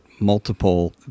multiple